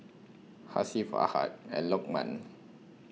Hasif Ahad and Lokman